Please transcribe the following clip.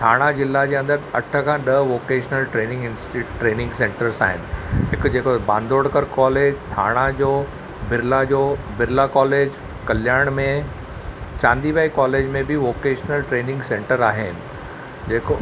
ठाणा ज़िला जे अंदरि अठ खां ॾह वोकेशनल ट्रेनिंग ट्रेनिंग सेंटर्स आहिनि हिकु जेको बांदोदकर कॉलेज ठाणा जो बिरला जो बिरला कॉलेज कल्याण में चांदी बाई कॉलेज में बि वोकेशनल ट्रेनिंग सेंटर आहिनि